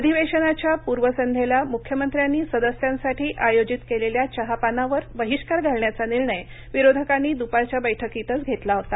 अधिवेशनाच्या पूर्वसंध्येला मुख्यमंत्र्यांनी सदस्यांसाठी आयोजित केलेल्या चहापानावर बहिष्कार घालण्याचा निर्णय विरोधकांनी दुपारच्या बैठकीतच घेतला होता